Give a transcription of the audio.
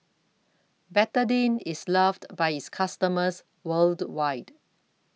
Betadine IS loved By its customers worldwide